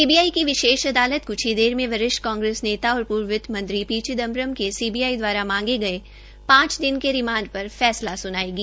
CBI की विशेष अदालत क्छ देर में वरिष्ठ कांग्रेस नेता और पूर्व वित्तमंत्री पी चिदम्बरम सीबीआई द्वारा मांगे गए पांच दिन के रिमांड पर फैस्ला सुनायेगी